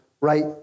right